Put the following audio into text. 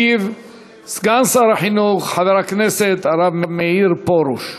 ישיב סגן שר החינוך חבר הכנסת הרב מאיר פרוש.